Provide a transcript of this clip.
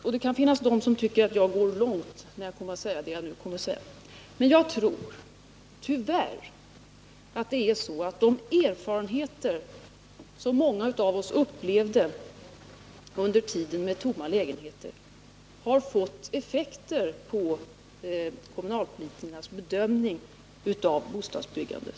En del kan komma att tycka att jag går väl långt i det som jag nu kommer att säga, men jag tror tyvärr att det är så att de erfarenheter som många av oss gjorde under den tid då det fanns många tomma lägenheter har fått effekter på kommunalpolitikernas bedömning av bostadsbyggandet.